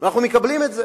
ואנחנו מקבלים את זה.